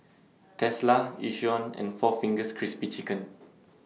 Tesla Yishion and four Fingers Crispy Chicken